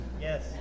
Yes